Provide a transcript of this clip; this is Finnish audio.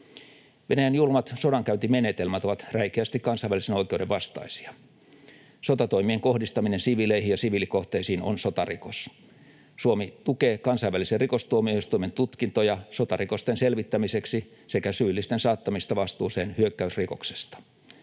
Venäjän julmat sodankäyntimenetelmät ovat räikeästi kansainvälisen oikeuden vastaisia. Sotatoimien kohdistaminen siviileihin ja siviilikohteisiin on sotarikos. Suomi tukee kansainvälisen rikostuomioistuimen tutkintoja sotarikosten selvittämiseksi sekä syyllisten saattamista vastuuseen hyökkäysrikoksesta.